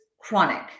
chronic